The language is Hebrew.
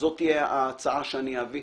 זו תהיה ההצעה שאני אביא